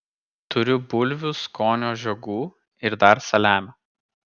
turiu bulvių skonio žiogų ir dar saliamio